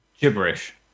Gibberish